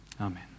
Amen